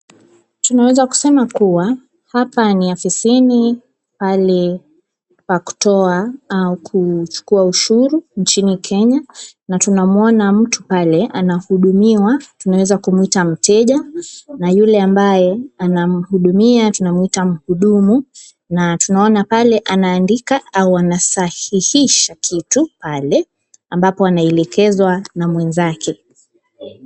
Tunaweza kusema kuwa hapa ni ofisini pale pa kutoa au kuchukua ushuru nchini Kenya, na tunamuona mtu pale anahudumiwa, tunaweza kumuita mteja, na yule ambaye anamhudumia tunamwita mhudumu, na tunaona pale anaandika ama anasahihisha kitu pale, ambapo anaelekezwa na mwenzake.